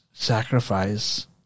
sacrifice